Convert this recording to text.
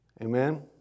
Amen